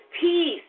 peace